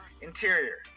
Interior